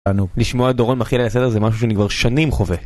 לשמוע את דורון מחיל על הסדר זה משהו שאני כבר שנים חווה